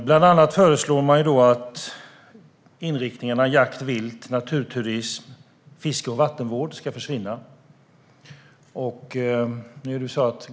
Bland annat föreslås att inriktningar på jakt, vilt, naturturism, fiske och vattenvård ska försvinna.